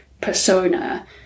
persona